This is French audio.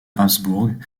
habsbourg